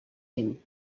him